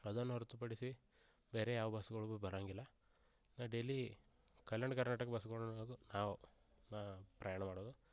ಅದನ್ನು ಹೊರ್ತುಪಡಿಸಿ ಬೇರೆ ಯಾವ ಬಸ್ಗಳೂ ಬರೋಂಗಿಲ್ಲ ನಾ ಡೇಲಿ ಕಲ್ಯಾಣ ಕರ್ನಾಟಕ ಬಸ್ಗಳ್ನ ಹಾಗೂ ನಾವು ಪ್ರಯಾಣ ಮಾಡೋದು